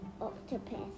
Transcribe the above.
octopus